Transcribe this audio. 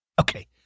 Okay